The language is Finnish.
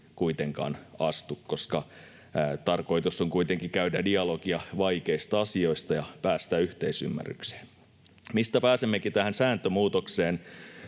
kuitenkaan istu, koska tarkoitus on kuitenkin käydä dialogia vaikeista asioista ja päästä yhteisymmärrykseen. Siitä pääsemmekin tähän sääntömuutokseen.